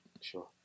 Sure